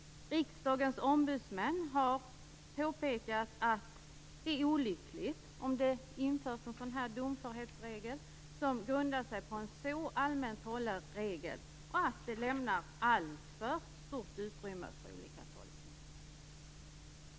Riksdagens ombudsmän har påpekat att det är olyckligt om en sådan domförhetsregel införs som grundar sig på en så allmänt hållen regel och att det lämnar alltför stort utrymme för olika tolkningar.